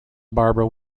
barbara